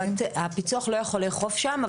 הפיצוח לא יכול לאכוף שם,